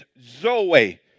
Zoe